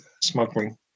smuggling